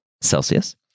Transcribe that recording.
celsius